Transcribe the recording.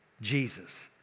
Jesus